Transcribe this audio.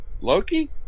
Loki